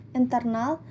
internal